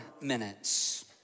minutes